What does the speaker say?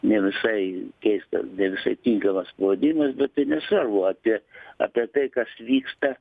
ne visai keistas ne visai tinkamas pavadinimas bet tai nesvarbu apie apie tai kas vyksta